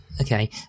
Okay